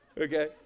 okay